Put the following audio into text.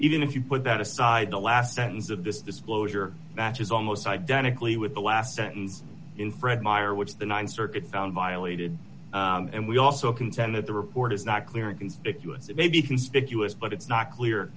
even if you put that aside the last sentence of this disclosure is almost identically with the last sentence in fred meyer which the th circuit found violated and we also contend that the report is not clear and conspicuous it may be conspicuous but it's not clear